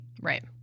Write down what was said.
Right